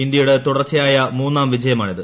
ഇന്ത്യയുടെ തുടർച്ചയായ മൂന്നാം വിജയമാണിത്